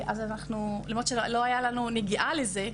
אז למרות שלא הייתה לנו נגיעה לזה,